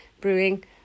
brewing